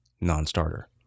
non-starter